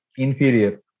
inferior